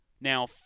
now